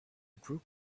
group